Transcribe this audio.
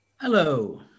Hello